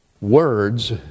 Words